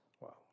Wow